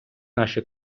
наші